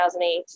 2008